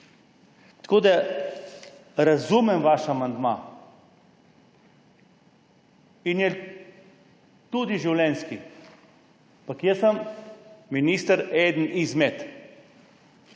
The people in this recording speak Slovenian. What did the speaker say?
Tako da razumem vaš amandma, je tudi življenjski, ampak jaz sem minister, eden izmed